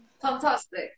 Fantastic